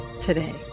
today